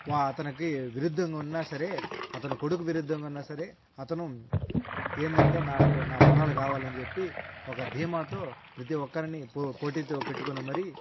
వా అతనకి విరుద్ధంగా ఉన్నా సరే అతను కొడుకు విరుద్ధంగా ఉన్నా సరే అతను ఏంటంటే నాకు నా పొలాలు కావాలని చెప్పి ఒక ధీమాతో ప్రతీ ఒక్కరిని పో పోటీతో పెట్టుకుని మరీ